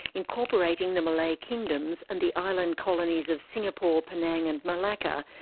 incorporating the malay kingdoms and the island colonies of singapore, penang and malacca,